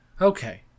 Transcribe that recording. Okay